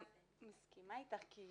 מסכימה אתך, כי